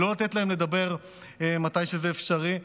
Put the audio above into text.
לא לתת להם לדבר מתי שזה אפשרי.